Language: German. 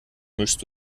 mischst